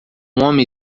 homem